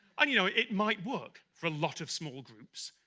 and you know, it might work for a lot of small groups,